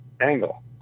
angle